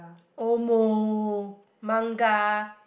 omo manga